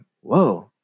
whoa